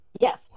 Yes